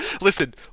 Listen